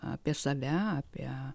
apie save apie